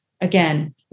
again